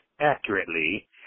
accurately